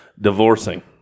divorcing